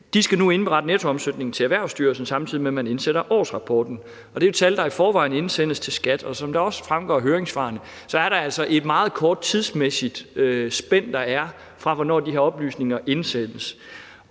nu skal indberette nettoomsætningen til Erhvervsstyrelsen, samtidig med at man indsender årsrapporten. Det er et tal, der i forvejen indsendes til skattemyndighederne. Som det også fremgår af høringssvarene, er der altså et meget kort tidsmæssigt spænd mellem, hvornår de her oplysninger indsendes.